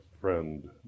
friend